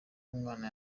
umwana